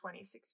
2016